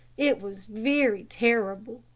it was very terrible.